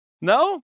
no